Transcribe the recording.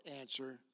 answer